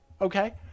okay